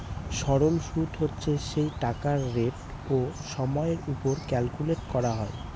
সরল সুদ হচ্ছে সেই টাকার রেট ও সময়ের ওপর ক্যালকুলেট করা হয়